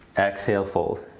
exhale fold.